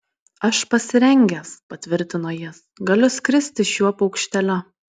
aš pasirengęs patvirtino jis galiu skristi šiuo paukšteliu